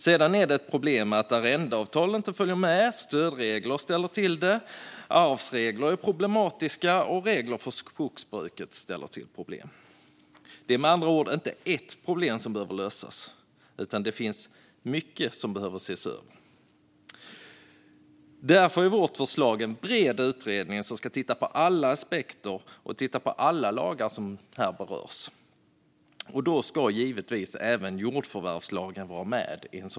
Sedan är det problem med att arrendeavtal inte följer med. Stödregler ställer till det. Arvsregler är problematiska, och regler för skogsbruk ställer till problem. Det är med andra ord inte ett problem som behöver lösas, utan det finns mycket som behöver ses över. Därför föreslår Sverigedemokraterna en bred utredning som kan titta på alla aspekter och alla berörda lagar. Då ska givetvis även jordförvärvslagen vara med.